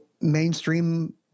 mainstream